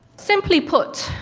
simply put,